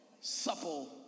supple